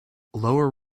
lower